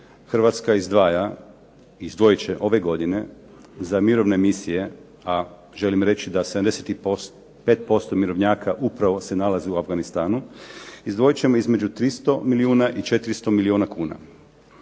izdvaja i izdvojit će ove godine za mirovne misije, a želim reći da 75% mirovnjaka upravo se nalazi u Afganistanu, izdvojit ćemo između 300 milijuna i 400 milijuna kuna.